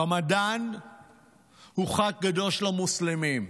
רמדאן הוא חג קדוש למוסלמים.